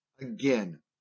again